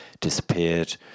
disappeared